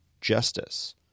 justice